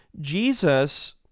Jesus